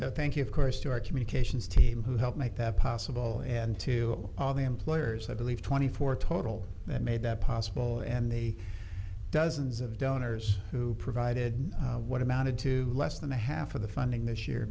so thank you of course to our communications team who helped make that possible and to all the employers i believe twenty four total that made that possible and the dozens of donors who provided what amounted to less than a half of the funding this year